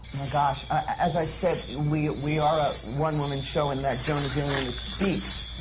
my gosh. as i said, we we are a one-woman show in that joan is the only one that speaks,